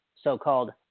so-called